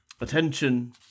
Attention